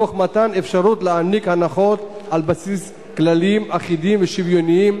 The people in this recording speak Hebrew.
תוך מתן אפשרות להעניק הנחות על בסיס כללים אחידים ושוויוניים,